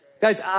Guys